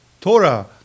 Torah